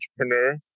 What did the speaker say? entrepreneur